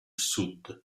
sud